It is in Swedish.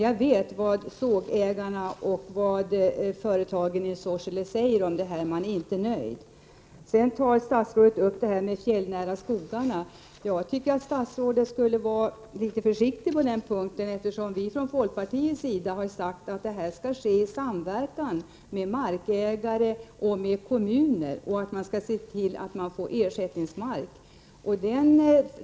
Jag vet vad sågägarna och företagen i Sorsele säger om detta, de är inte nöjda. Statsrådet tog sedan upp de fjällnära skogarna. Jag tycker att statsrådet skall vara litet försiktig på den punkten, eftersom vi från folkpartiets sida har sagt att detta skall ske i samverkan med markägarna och kommunen och att man skall se till att det blir ersättningsmark.